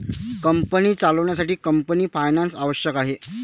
company चालवण्यासाठी company finance आवश्यक आहे